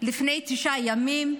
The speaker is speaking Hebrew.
לפני תשעה ימים,